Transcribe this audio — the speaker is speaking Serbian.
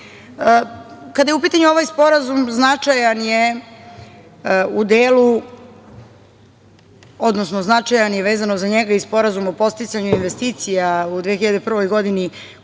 je u pitanju ovaj sporazum značajan je u delu, odnosno značajan je i vezan za njega Sporazum o podsticanju investicija u 2001. godini koji